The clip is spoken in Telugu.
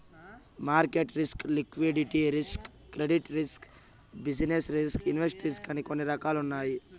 market risk liquidity risk credit risk business risk invest risk అని కొన్ని రకాలున్నాయి